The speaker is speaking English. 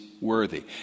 worthy